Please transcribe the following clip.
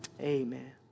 Amen